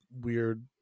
weird